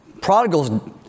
Prodigals